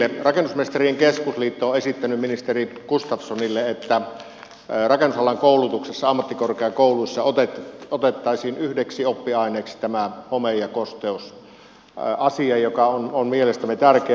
rakennusmesta rien keskusliitto on esittänyt ministeri gustafssonille että rakennusalan koulutuksessa ammattikorkeakouluissa otettaisiin yhdeksi oppiaineeksi tämä home ja kosteusasia joka on mielestämme tärkeä